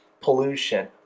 pollution